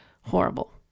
horrible